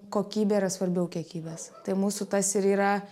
kokybė yra svarbiau kiekybės tai mūsų tas ir yra